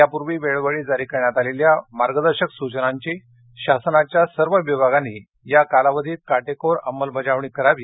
यापूर्वी वेळोवेळी जारी करण्यात आलेल्या मार्गदर्शक सूचनांची शासनाच्या सर्व विभागांनी या कालावधीत काटेकोर अंमलबजावणी करावी